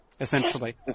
essentially